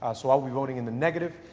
ah so i'll be voting in the negative.